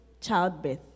childbirth